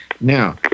Now